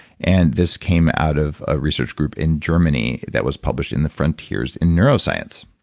and this came out of a research group in germany that was published in the frontiers in neuroscience